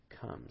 comes